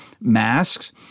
masks